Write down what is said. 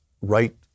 right